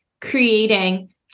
creating